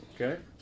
okay